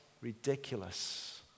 ridiculous